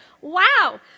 Wow